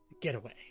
getaway